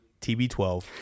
TB12